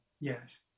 Yes